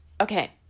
Okay